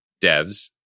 devs